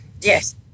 Yes